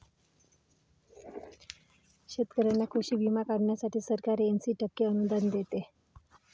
शेतकऱ्यांना कृषी विमा काढण्यासाठी सरकार ऐंशी टक्के अनुदान देते